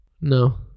no